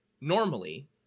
Normally